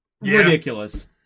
Ridiculous